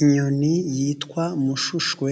Inyoni yitwa mushushwe,